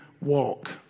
walk